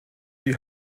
die